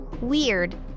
Weird